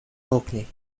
orkney